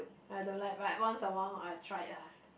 I don't like but once a while I'll try it ah